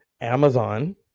Amazon